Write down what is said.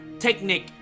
technique